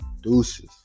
deuces